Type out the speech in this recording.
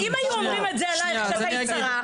אם היו אומרים את זה עליך כשאת היית שרה?